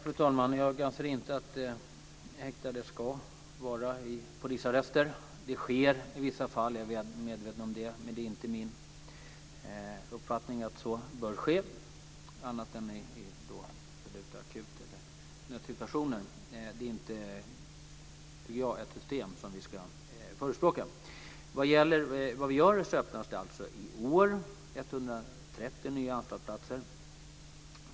Fru talman! Jag anser inte att de häktade ska sättas i polisarrester. Det sker i vissa fall. Jag är väl medveten om det, men det är inte min uppfattning att så bör ske annat än i mycket akuta situationer eller i nödsituationer. Jag tycker inte att det är ett system som vi ska förespråka. I år öppnas alltså 130 nya anstaltsplatser.